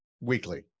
weekly